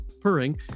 purring